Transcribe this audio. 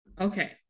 Okay